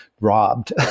robbed